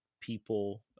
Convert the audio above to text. people